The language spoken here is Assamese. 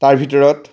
তাৰ ভিতৰত